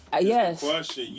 Yes